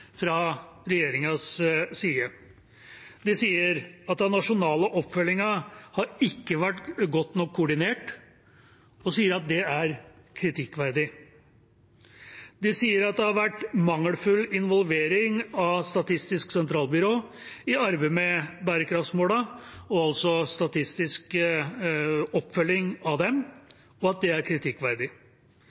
fra regjeringas side. De sier at den nasjonale oppfølgingen ikke har vært godt nok koordinert, og de sier det er kritikkverdig. De sier at det har vært mangelfull involvering av Statistisk sentralbyrå i arbeidet med bærekraftsmålene og også statistisk oppfølging av dem, og at det er kritikkverdig.